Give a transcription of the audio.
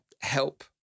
help